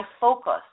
focus